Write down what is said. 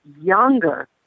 younger